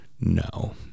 No